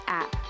app